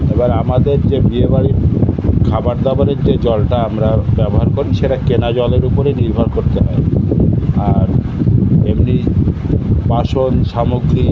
এবার আমাদের যে বিয়েবাড়ির খাবার দাবারের যে জলটা আমরা ব্যবহার করি সেটা কেনা জলের উপরে নির্ভর করতে হয় আর এমনি বাসন সামগ্রী